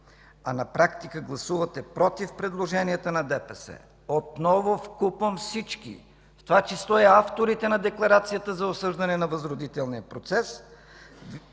а на практика гласувате против предложенията на ДПС отново вкупом всички, в това число и авторите на декларацията за осъждане на възродителния процес,